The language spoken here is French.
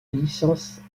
licence